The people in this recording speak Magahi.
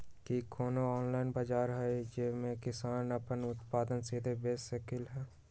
कि कोनो ऑनलाइन बाजार हइ जे में किसान अपन उत्पादन सीधे बेच सकलई ह?